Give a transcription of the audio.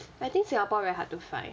I think singapore very hard to find